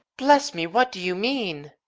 bless me, what do you mean?